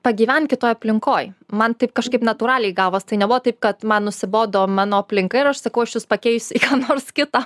pagyvent kitoj aplinkoj man taip kažkaip natūraliai gavos tai nebuvo taip kad man nusibodo mano aplinka ir aš sakau aš jus pakeisiu į ką nors kitą